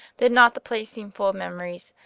did not the place seem full of memories,